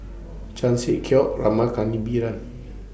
Chan Sek Keong Rama